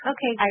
Okay